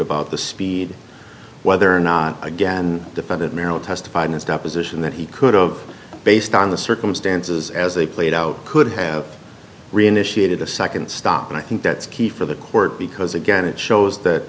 about the speed whether or not again defended merrill testified in his deposition that he could of based on the circumstances as they played out could have reinitiated a second stop and i think that's key for the court because again it shows that